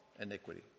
iniquity